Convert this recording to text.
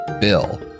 bill